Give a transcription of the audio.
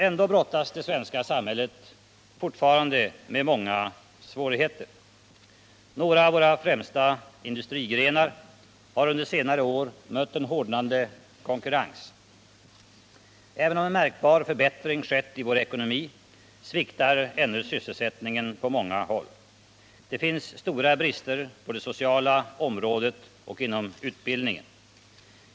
Ändå brottas det svenska samhället fortfarande med många svårigheter. Några av våra främsta industrigrenar har under senare år mött en hårdnande konkurrens. Även om en märkbar förbättring skett i vår ekonomi sviktar ännu sysselsättningen på många håll. Det finns stora brister på det sociala området och inom utbildningen.